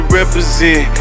represent